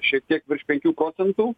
šiek tiek virš penkių procentų